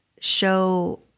show